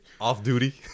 Off-duty